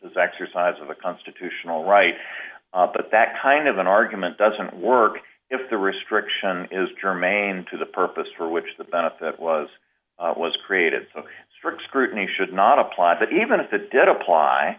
his exercise of a constitutional right but that kind of an argument doesn't work if the restriction is germane to the purpose for which the benefit was was created so strict scrutiny should not apply but even if it did apply